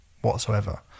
whatsoever